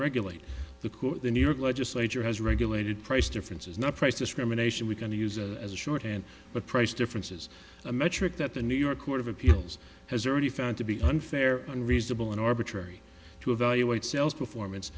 regulate the court the new york legislature has regulated price differences not price discrimination we're going to use a shorthand but price differences a metric that the new york court of appeals has already found to be unfair unreasonable an arbitrary to evaluate sales performance